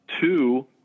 Two